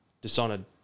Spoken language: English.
Dishonored